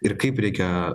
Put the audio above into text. ir kaip reikia